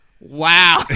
Wow